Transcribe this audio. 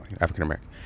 African-American